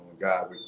God